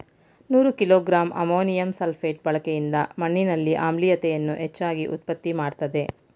ನೂರು kilogram ammonium sulphate ಬಳಕೆಯಿಂದ ಮಣ್ಣಿನಲ್ಲಿ ಆಮ್ಲೀಯತೆಯನ್ನು ಹೆಚ್ಚಾಗಿ ಉತ್ಪತ್ತಿ ಮಾಡ್ತದೇ